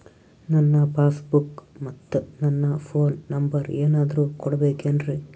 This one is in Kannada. ನನ್ನ ಪಾಸ್ ಬುಕ್ ಮತ್ ನನ್ನ ಫೋನ್ ನಂಬರ್ ಏನಾದ್ರು ಕೊಡಬೇಕೆನ್ರಿ?